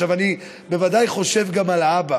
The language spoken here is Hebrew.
אני בוודאי חושב גם על האבא